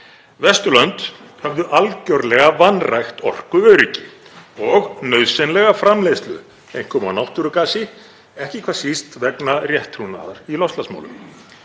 Vesturlönd höfðu algerlega vanrækt orkuöryggi og nauðsynlega framleiðslu, einkum á náttúrugasi, ekki hvað síst vegna rétttrúnaðar í loftslagsmálum.